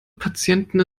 patienten